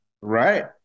Right